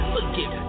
Forgive